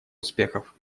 успехов